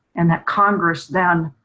and that congress then